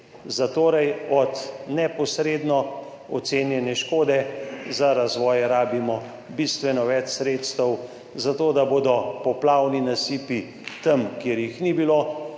Zatorej od neposredno ocenjene škode za razvoj potrebujemo bistveno več sredstev zato, da bodo poplavni nasipi tam, kjer jih ni bilo,